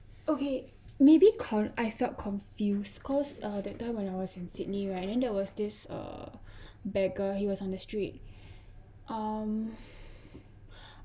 okay maybe con~ I felt confused because uh that time when I was in sydney right then there was this uh a beggar he was on the street um